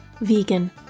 Vegan